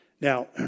Now